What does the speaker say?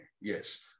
Yes